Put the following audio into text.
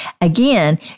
Again